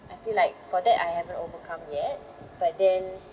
I feel like for that I haven't overcome yet but then